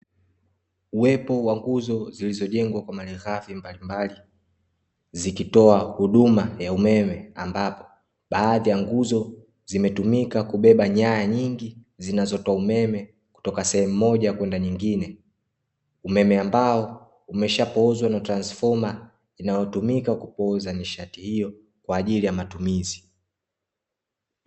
Uwepo wa nguzo zilizojengwa kwa malighafi mbalimbali zikitoa huduma za umeme, ambapo baadhi ya nguzo zimetumika kubeba nyaya nyingi zinazotoa umeme kutoka sehemu moja kwenda nyingine. Umeme ambao umeshapoozwa na transfoma inayotumika kupooza nishati hiyo kwa ajili ya matumizi.